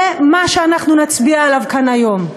זה מה שאנחנו נצביע עליו כאן היום.